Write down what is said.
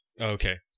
Okay